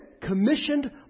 commissioned